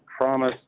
promise